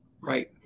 Right